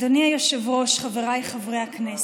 אדוני היושב-ראש, חבריי חברי הכנסת,